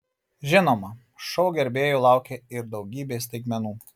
žinoma šou gerbėjų laukia ir daugybė staigmenų